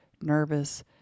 nervous